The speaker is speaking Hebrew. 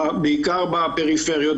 בעיקר בפריפריות,